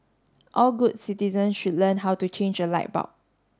all good citizen should learn how to change a light bulb